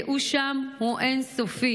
הייאוש שם הוא אין-סופי.